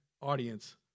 audience